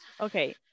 okay